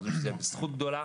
אנחנו חושבים שזה זכות גדולה